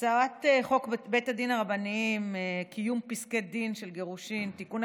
הצעת חוק בתי דין רבניים (קיום פסקי דין של גירושין) (תיקון,